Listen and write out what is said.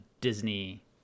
Disney